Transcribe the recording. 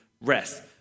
rest